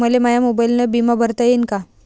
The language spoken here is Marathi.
मले माया मोबाईलनं बिमा भरता येईन का?